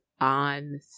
on